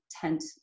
tent